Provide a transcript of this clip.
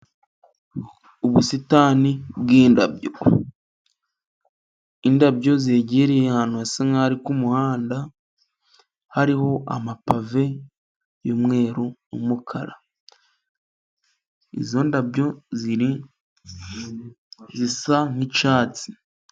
Ubusitani bwindabyo indabyo zegereye ahantu hasa nkaho ari kumuhanda, hariho amapave , y'umweru n'umukara izo ndabyo zisa nk'icyatsi.